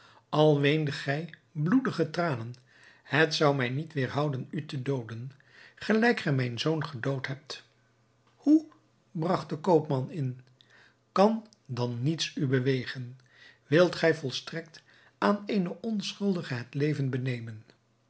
weendet gij bloedige tranen het zou mij niet weêrhouden u te dooden gelijk gij mijn zoon gedood hebt hoe bragt de koopman in kan dan niets u bewegen wilt gij volstrekt aan een onschuldige het leven benemen